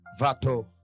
vato